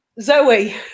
Zoe